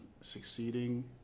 succeeding